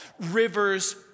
Rivers